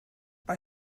bei